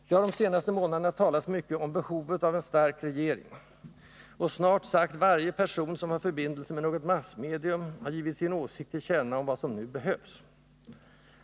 Det har de senaste månaderna talats mycket om behovet av en stark regering, och snart sagt varje person, som har förbindelse med något massmedium, har givit sin åsikt till känna om vad som nu behövs.